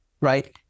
right